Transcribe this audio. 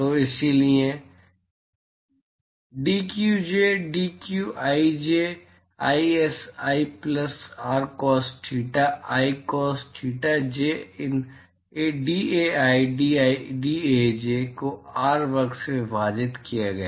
तो इसलिए dqj dqij is i plus r cos theta i cos thetaj in dAI dAj को R वर्ग से विभाजित किया गया